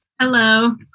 Hello